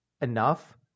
enough